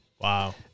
Wow